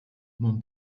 mon